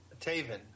Taven